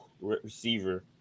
receiver